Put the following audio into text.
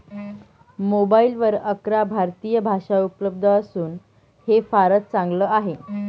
मोबाईलवर अकरा भारतीय भाषा उपलब्ध असून हे फारच चांगल आहे